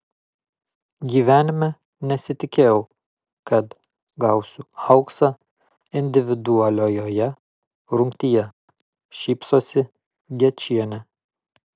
gyvenime nesitikėjau kad gausiu auksą individualiojoje rungtyje šypsosi gečienė